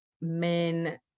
men